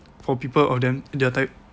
for people of them their type